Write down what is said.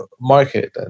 market